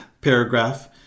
paragraph